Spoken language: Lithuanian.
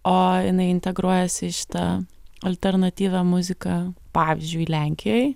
o jinai integruojasi į šitą alternatyvią muziką pavyzdžiui lenkijoj